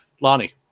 lonnie